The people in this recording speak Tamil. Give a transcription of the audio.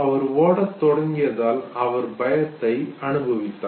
அவர் ஓடத் தொடங்கியதால் அவர் பயத்தை அனுபவித்தார்